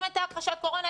אם הייתה הכחשת קורונה,